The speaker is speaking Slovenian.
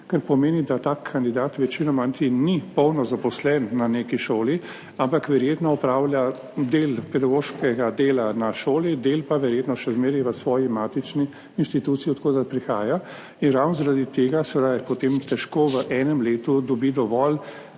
kar pomeni, da tak kandidat večinoma niti ni polno zaposlen na neki šoli, ampak verjetno opravlja del pedagoškega dela na šoli, del pa verjetno še zmeraj v svoji matični inštituciji, od koder prihaja. In ravno zaradi tega seveda potem težko v enem letu dobi dovolj